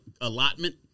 allotment